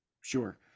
Sure